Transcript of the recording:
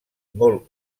molt